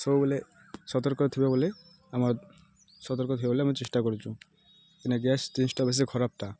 ସବୁବେଳେ ସତର୍କ ଥିବ ବୋଲେ ଆମର୍ ସତର୍କ ଥିବ ବୋଲେ ଆମେ ଚେଷ୍ଟା କରୁଛୁ କଁନା ଗ୍ୟାସ୍ ଜିନିଷଟା ବେଶୀ ଖରାପଟା